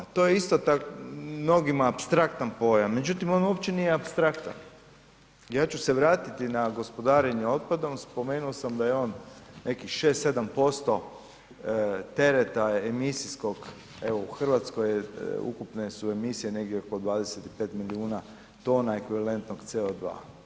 To je isto tako mnogima apstraktan pojam međutim on uopće nije apstraktan i ja ću se vratiti na gospodarenje otpadom, spomenuo sam da je on nekih 6, 7% tereta emisijskog evo u Hrvatskoj, ukupne su emisije negdje oko 25 milijuna tona ekvivalentnog CO2.